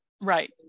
right